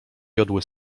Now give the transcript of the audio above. jodły